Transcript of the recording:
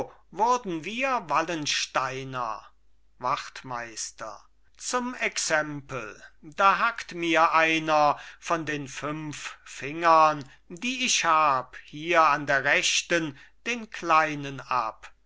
wurden wir wallensteiner wachtmeister zum exempel da hack mir einer von den fünf fingern die ich hab hier an der rechten den kleinen ab